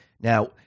Now